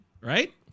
right